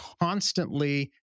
constantly